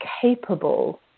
capable